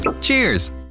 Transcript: Cheers